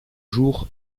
jour